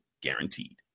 guaranteed